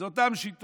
אלה אותן שיטות.